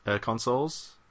consoles